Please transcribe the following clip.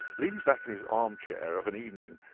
leaning back in his arm-chair of an evening,